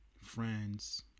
friends